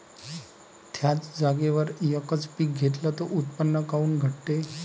थ्याच जागेवर यकच पीक घेतलं त उत्पन्न काऊन घटते?